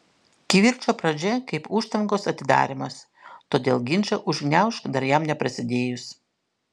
kivirčo pradžia kaip užtvankos atidarymas todėl ginčą užgniaužk dar jam neprasidėjus